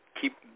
keep